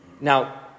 Now